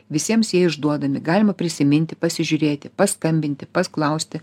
visiems jie išduodami galima prisiminti pasižiūrėti paskambinti pas klausti